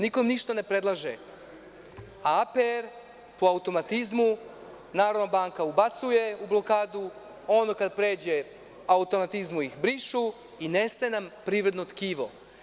Niko ništa ne predlaže, a APR po automatizmu, Narodna banka ubacuje u blokadu, po automatizmu ih briše i nestaje nam privredno tkivo.